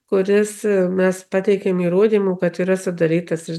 kuris mes pateikėme įrodymų kad yra sudarytas iš